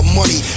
money